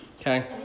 Okay